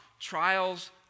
Trials